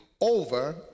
over